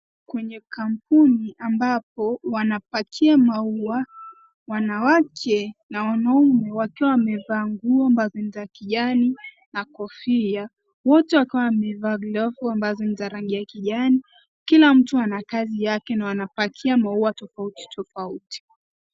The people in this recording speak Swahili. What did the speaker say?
Kwenye kampuni ambapo wanapakia maua, wanawake na wanaume wakiwa wamevalia nguo za kijani na kofia, wote wakiwa wamevalia glavu ambayo ni za rangi ya kijani, kila mtu ana kazi yake na wanapakia maua tofauti tofauti.